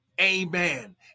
amen